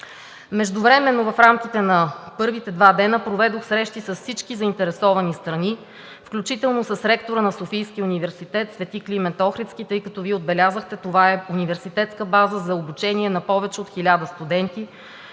Междувременно в рамките на първите два дни проведох срещи с всички заинтересовани страни, включително с ректора на Софийския университет „Свети Климент Охридски“, тъй като – Вие отбелязахте, това е университетска база за обучение на повече от 1000 студенти,